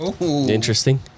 Interesting